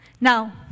Now